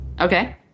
Okay